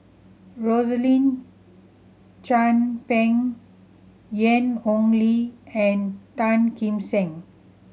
Rosaline Chan Pang Ian Ong Li and Tan Kim Seng